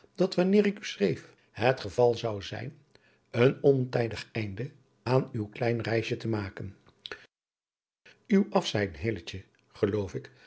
dat wanneer ik u schreef het geval zou zijn een ontijdig einde aan uw klein reisje te maken uw afzijn hilletje geloof ik